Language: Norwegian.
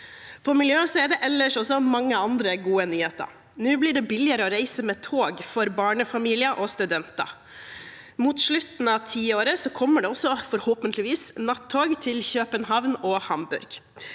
På miljøsiden er det også mange andre gode nyheter. Nå blir det billigere å reise med tog for barnefamilier og studenter. Mot slutten av tiåret kommer det forhåpentligvis også nattog til København og Hamburg.